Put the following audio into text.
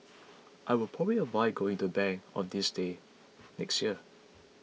I will probably avoid going to bank on this day next year